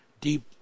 deep